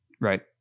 Right